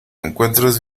encuentras